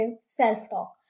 self-talk